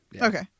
Okay